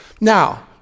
Now